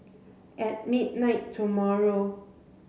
at midnight tomorrow